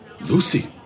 lucy